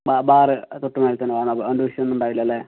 bar തൊട്ടുമുകളിൽ തന്നെ കാണാം അതുകൊണ്ട് വിഷയമൊന്നും ഉണ്ടാവില്ല അല്ലേ